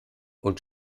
und